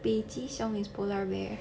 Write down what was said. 北极熊 is polar bear